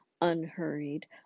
unhurried